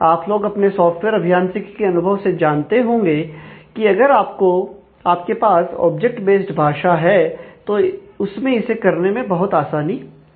आप लोग अपने सॉफ्टवेयर अभियांत्रिकी के अनुभव से जानते होंगे की अगर आपके पास ऑब्जेक्ट बेस्ड भाषा है तो उसमें इसे करने में बहुत आसानी रहेगी